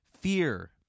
Fear